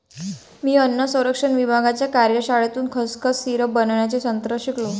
मी अन्न संरक्षण विभागाच्या कार्यशाळेतून खसखस सिरप बनवण्याचे तंत्र शिकलो